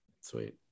sweet